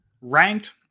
ranked